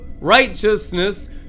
righteousness